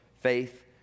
faith